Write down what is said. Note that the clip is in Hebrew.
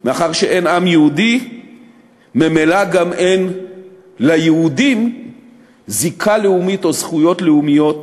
מאחר שאין עם יהודי ממילא גם אין ליהודים זיקה לאומית או זכויות לאומיות